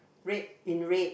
red in red